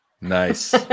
Nice